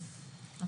כמוש אמרו פה כולם.